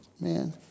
Man